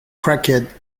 cracked